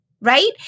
Right